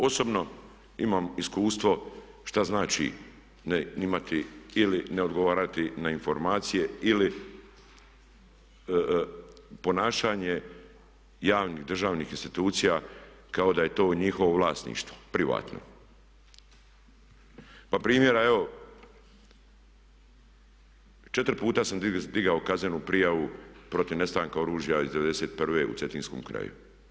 Osobno imam iskustvo što znači ne imati ili ne odgovarati na informacije ili ponašanje javnih državnih institucija kao da je to njihovo vlasništvo privatno, pa primjera evo 4 puta sam digao kaznenu prijavu protiv nestanka oružja iz 91.-e u cetinskom kraju.